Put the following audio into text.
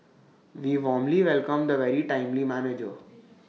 we warmly welcome the very timely manager